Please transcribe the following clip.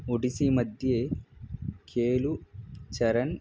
ओडिसिमध्ये खेलूचरन्